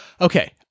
Okay